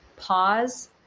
pause